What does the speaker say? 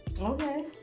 Okay